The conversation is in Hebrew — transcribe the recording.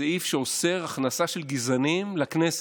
הסעיף שאוסר הכנסה של גזענים לכנסת.